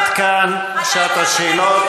עד כאן שעת השאלות.